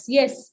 yes